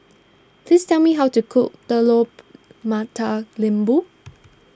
please tell me how to cook Telur Mata Lembu